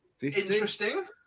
Interesting